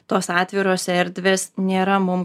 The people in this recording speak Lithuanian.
tos atviros erdvės nėra mum